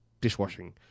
dishwashing